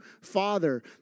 Father